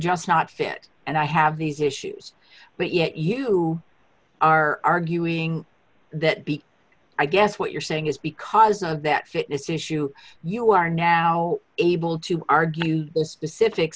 just not fit and i have these issues but yet you are arguing that i guess what you're saying is because of that fitness issue you are now able to argue is the s